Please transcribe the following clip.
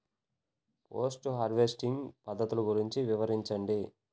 Post harvesting పద్ధతులు గురించి వివరించండి?